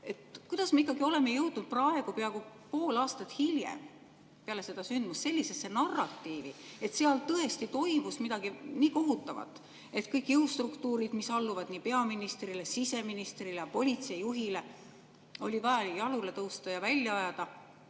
Kuidas me ikkagi oleme jõudnud praegu, peaaegu pool aastat hiljem peale seda sündmust, sellisesse narratiivi, et seal toimus tõesti midagi nii kohutavat, et kõik jõustruktuurid, mis alluvad peaministrile, siseministrile ja politseijuhile, oli vaja jalule tõsta ja välja ajada